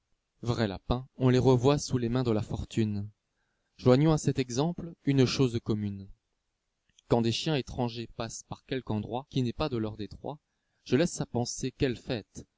vrais lapins on les revoit sous les mains de la fortune joignons à cet exemple une chose commune quand des chiens étrangers passent par quelque endroit qui n'est pas de leur détroit e laisse à penser quelle fête